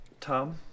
Tom